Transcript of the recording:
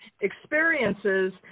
experiences